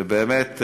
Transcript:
ובאמת,